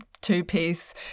two-piece